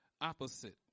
opposite